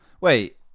wait